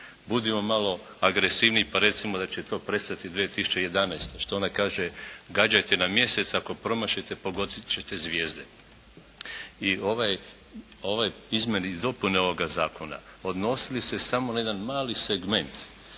Budimo malo agresivniji pa recimo da će to prestati 2011. što onaj kaže, gađajte na mjesec, ako promašite pogoditi ćete zvijezde. I ove izmjene i dopune ovoga zakona odnose se na samo jedan mali segment